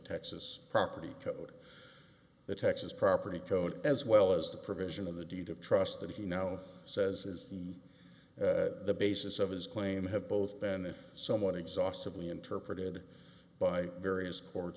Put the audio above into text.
texas property code the texas property code as well as the provision of the deed of trust that he now says is the basis of his claim have both been somewhat exhaustively interpreted by various court